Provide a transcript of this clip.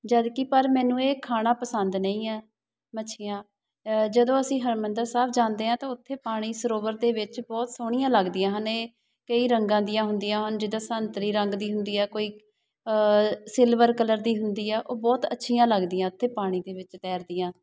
ਜਦ ਕਿ ਪਰ ਮੈਨੂੰ ਇਹ ਖਾਣਾ ਪਸੰਦ ਨਹੀਂ ਹੈ ਮੱਛੀਆਂ ਜਦੋਂ ਅਸੀਂ ਹਰਿਮੰਦਰ ਸਾਹਿਬ ਜਾਂਦੇ ਹਾਂ ਤਾਂ ਉੱਥੇ ਪਾਣੀ ਸਰੋਵਰ ਦੇ ਵਿੱਚ ਬਹੁਤ ਸੋਹਣੀਆਂ ਲੱਗਦੀਆਂ ਹਨ ਇਹ ਕਈ ਰੰਗਾਂ ਦੀਆਂ ਹੁੰਦੀਆਂ ਹਨ ਜਿੱਦਾਂ ਸੰਤਰੀ ਰੰਗ ਦੀ ਹੁੰਦੀ ਹੈ ਕੋਈ ਸਿਲਵਰ ਕਲਰ ਦੀ ਹੁੰਦੀ ਹੈ ਉਹ ਬਹੁਤ ਅੱਛੀਆਂ ਲੱਗਦੀਆਂ ਉੱਥੇ ਪਾਣੀ ਦੇ ਵਿੱਚ ਤੈਰਦੀਆਂ